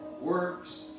works